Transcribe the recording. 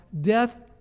death